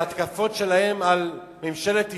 ההתקפות שלהן על ממשלת ישראל,